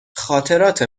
خاطرات